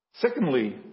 Secondly